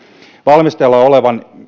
valmisteilla olevan